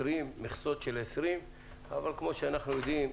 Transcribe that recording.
מכסות של 20. אבל כמו שאנחנו יודעים,